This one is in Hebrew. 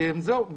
זהו,